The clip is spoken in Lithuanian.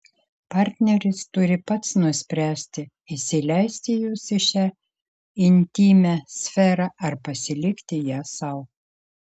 partneris turi pats nuspręsti įsileisti jus į šią intymią sferą ar pasilikti ją sau